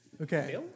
Okay